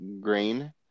grain